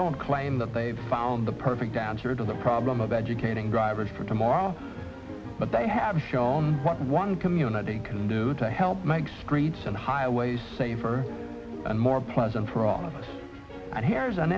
don't claim that they've found the perfect answer to the problem of educating drivers for tomorrow but they have shown what one community can do to help make streets and highways safer and more pleasant for all of us and here's an